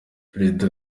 perezida